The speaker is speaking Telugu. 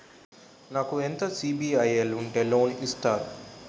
నాకు ఎంత సిబిఐఎల్ ఉంటే లోన్ ఇస్తారు?